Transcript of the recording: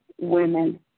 women